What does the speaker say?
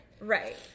Right